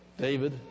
David